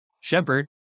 shepherd